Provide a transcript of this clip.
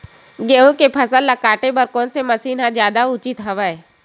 गेहूं के फसल ल काटे बर कोन से मशीन ह जादा उचित हवय?